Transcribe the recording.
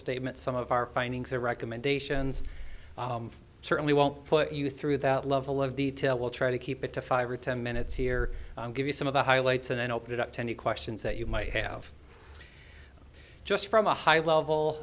statements some of our findings and recommendations certainly won't put you through that level of detail we'll try to keep it to five or ten minutes here and give you some of the highlights and then open it up to any questions that you might have just from a high